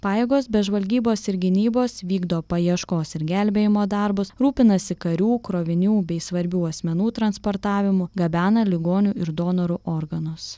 pajėgos be žvalgybos ir gynybos vykdo paieškos ir gelbėjimo darbus rūpinasi karių krovinių bei svarbių asmenų transportavimu gabena ligonių ir donorų organus